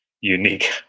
unique